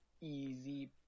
Easy